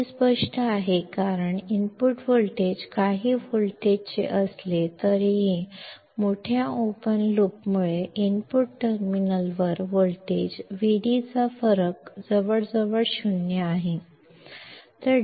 हे स्पष्ट आहे कारण इनपुट व्होल्टेज काही व्होल्टचे असले तरीही मोठ्या ओपन लूपमुळे इनपुट टर्मिनलवर व्होल्टेज Vd चा फरक जवळजवळ 0 आहे